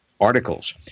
articles